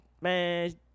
man